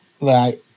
right